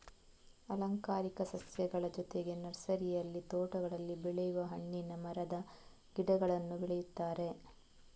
ಅಲಂಕಾರಿಕ ಸಸ್ಯಗಳ ಜೊತೆಗೆ ನರ್ಸರಿಯಲ್ಲಿ ತೋಟಗಳಲ್ಲಿ ಬೆಳೆಯುವ ಹಣ್ಣಿನ ಮರದ ಗಿಡಗಳನ್ನೂ ಬೆಳೆಯುತ್ತಾರೆ